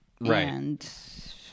Right